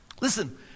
Listen